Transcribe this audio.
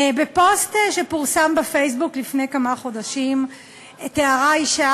בפוסט שפורסם בפייסבוק לפני כמה חודשים תיארה אישה